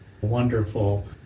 wonderful